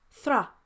Thra